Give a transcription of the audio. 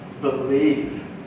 believe